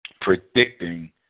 predicting